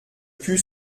put